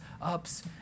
ups